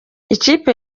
ikipe